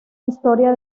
historia